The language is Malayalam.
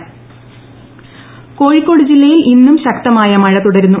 കോഴിക്കോട് മഴ കോഴിക്കോട് ജില്ലയിൽ ഇന്നും ശക്തമായ മഴ തുടരുന്നു